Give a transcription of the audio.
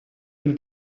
will